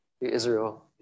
Israel